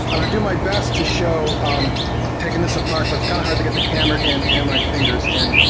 i'm gonna do my best to show taking this apart, but it's kinda hard to get the camera in and my fingers in.